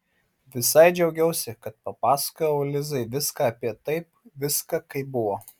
visai džiaugiausi kad papasakojau lizai viską apie taip viską kaip buvo